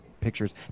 pictures